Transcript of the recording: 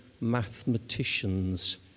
mathematicians